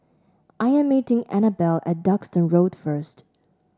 I am meeting Anabelle at Duxton Road first